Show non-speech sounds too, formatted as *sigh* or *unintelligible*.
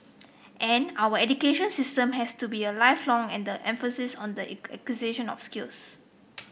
and our education system has to be a lifelong and the emphasis on the *unintelligible* acquisition of skills